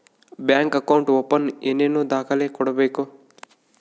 Bank account open ಏನೇನು ದಾಖಲೆ ಕೊಡಬೇಕು?